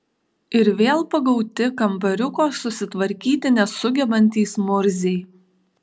ir vėl pagauti kambariuko susitvarkyti nesugebantys murziai